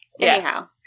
Anyhow